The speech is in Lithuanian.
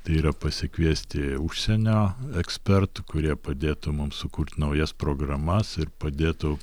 tai yra pasikviesti užsienio ekspertų kurie padėtų mums sukurt naujas programas ir padėtų